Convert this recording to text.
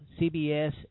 CBS